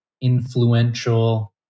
influential